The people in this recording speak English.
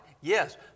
Yes